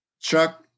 Chuck